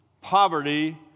poverty